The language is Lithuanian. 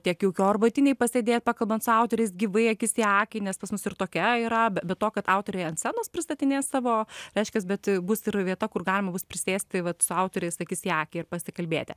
tiek jaukioj arbatinėj pasėdėt pakalbant su autoriais gyvai akis į akį nes pas mus ir tokia yra be be to kad autoriai ant scenos pristatinės savo reiškias bet bus ir vieta kur galima bus prisėsti vat su autoriais akis į akį ir pasikalbėti